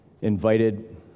invited